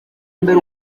mbere